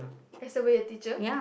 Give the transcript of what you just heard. that's the way your teacher